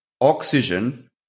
Oxygen